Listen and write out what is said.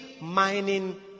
mining